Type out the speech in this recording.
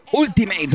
Ultimate